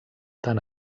tant